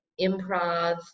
improv